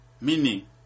Meaning